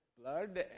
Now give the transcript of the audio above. blood